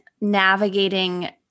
navigating